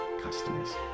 customers